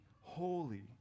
holy